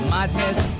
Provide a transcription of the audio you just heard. Madness